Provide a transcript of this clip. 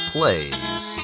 Plays